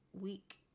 week